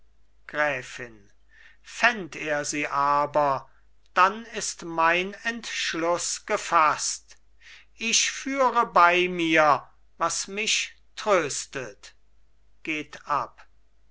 gräfin fänd er sie aber dann ist mein entschluß gefaßt ich führe bei mir was mich tröstet geht ab